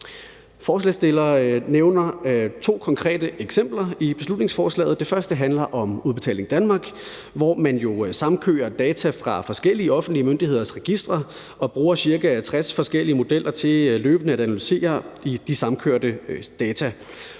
Forslagsstillerne nævner i beslutningsforslaget to konkrete eksempler. Det første handler om Udbetaling Danmark, hvor man jo samkører data fra forskellige offentlige myndigheders registre og bruger cirka 60 forskellige modeller til løbende at analysere i de samkørte data.